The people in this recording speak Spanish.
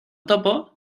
topo